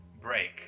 Break